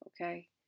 Okay